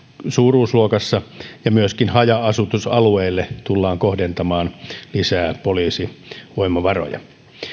suuruusluokassa ja myöskin haja asutusalueille tullaan kohdentamaan lisää poliisivoimavaroja